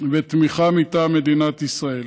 ותמיכה מטעם מדינת ישראל.